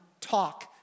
talk